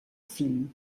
fill